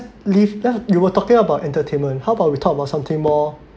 leave uh you were talking about entertainment how about we talk about something more